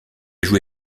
joué